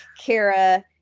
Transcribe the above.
kara